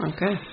Okay